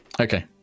Okay